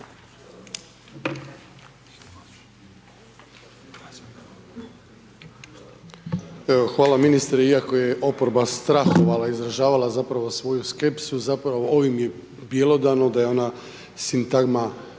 hvala ministre iako je oporba strahovala, izražava zapravo svoju skepsu zapravo ovim je bjelodano da je ona sintagma